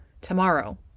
Tomorrow